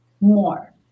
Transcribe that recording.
more